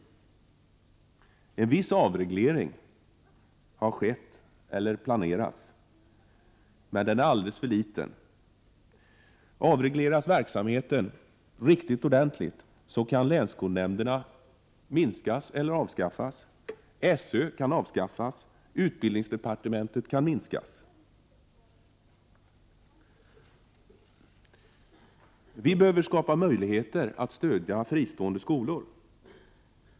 En viss avreglering har skett eller planeras, men den är alldeles för liten. Avregleras verksamheten riktigt ordentligt så kan länsskolnämnderna minskas eller avskaffas, SÖ avskaffas och utbildningsdepartementet minskas. Vi behöver skapa möjligheter att stödja fristående skolor.